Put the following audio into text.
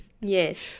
Yes